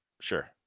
Sure